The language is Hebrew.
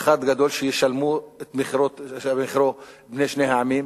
אחד גדול שישלמו את מחירו בני שני העמים.